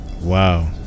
wow